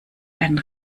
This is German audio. einen